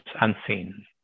unseen